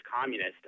communist